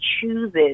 chooses